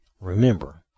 Remember